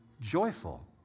joyful